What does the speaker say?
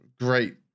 great